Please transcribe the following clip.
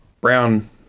brown